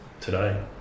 today